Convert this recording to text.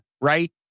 right